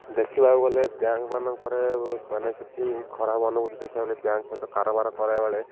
ଦେଖିବାକୁ ଗଲେ ବ୍ୟାଙ୍କ ମାନଙ୍କରେ ମାନେ କିଛି ଖରାପ ଅନୁଭୂତି ଦେଖିବାକୁ ଗଲେ ବ୍ୟାଙ୍କ ସହିତ କାରବାର କରିବା ବେଳେ